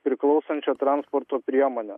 priklausančia transporto priemone